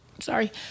sorry